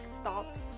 stops